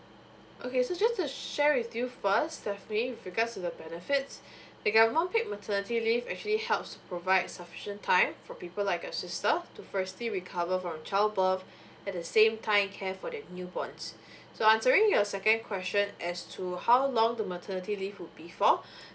okay so just to share with you first stephanie with regards to the benefits the government paid maternity leave actually helps provide sufficient time for people like your sister to firstly recover from child birth at the same time care for the newborns so answering your second question as to how long the maternity leave would be for